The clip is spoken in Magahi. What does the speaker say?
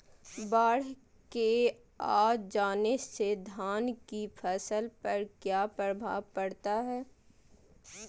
बाढ़ के आ जाने से धान की फसल पर किया प्रभाव पड़ता है?